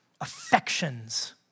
affections